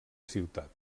ciutat